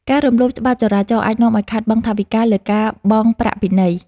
ការរំលោភច្បាប់ចរាចរណ៍អាចនាំឱ្យខាតបង់ថវិកាលើការបង់ប្រាក់ពិន័យ។